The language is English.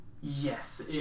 Yes